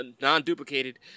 non-duplicated